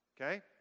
Okay